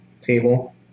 table